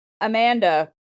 Amanda